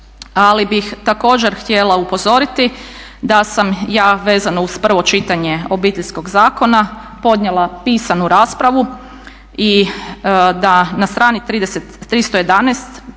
Ali bih također htjela upozoriti da sam ja vezano uz prvo čitanje Obiteljskog zakona podnijela pisanu raspravu i da na strani 311.